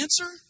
answer